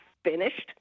finished